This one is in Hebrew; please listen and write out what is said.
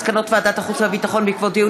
מסקנות ועדת החוץ והביטחון בעקבות דיון